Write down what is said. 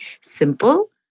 simple